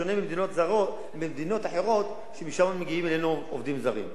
בשונה ממדינות אחרות שמשם מגיעים אלינו עובדים זרים.